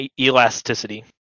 elasticity